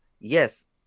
yes